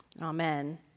Amen